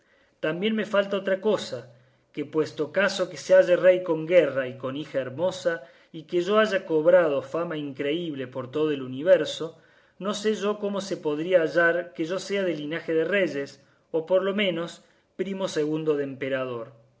también me falta otra cosa que puesto caso que se halle rey con guerra y con hija hermosa y que yo haya cobrado fama increíble por todo el universo no sé yo cómo se podía hallar que yo sea de linaje de reyes o por lo menos primo segundo de emperador